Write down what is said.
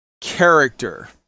character